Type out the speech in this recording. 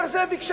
אומר: זאביק,